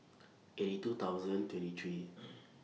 eighty two thousand twenty three